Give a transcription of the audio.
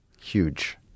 Huge